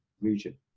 region